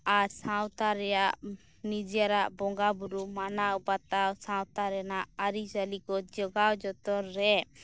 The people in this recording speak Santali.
ᱟᱨ ᱥᱟᱶᱛᱟ ᱨᱮᱭᱟᱜ ᱱᱤᱡᱮᱨᱟᱜ ᱵᱚᱸᱜᱟ ᱵᱳᱨᱳ ᱢᱟᱱᱟᱣ ᱵᱟᱛᱟᱣ ᱥᱟᱶᱛᱟ ᱨᱮᱱᱟᱜ ᱟᱹᱨᱤᱪᱟᱹᱞᱤ ᱠᱚ ᱡᱚᱜᱟᱣ ᱡᱚᱛᱚᱱ ᱨᱮ